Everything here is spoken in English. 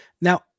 Now